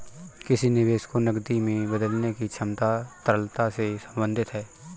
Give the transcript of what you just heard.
किसी निवेश को नकदी में बदलने की क्षमता तरलता से संबंधित है